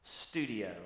studio